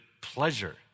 pleasure